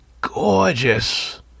gorgeous